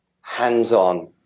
hands-on